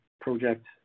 project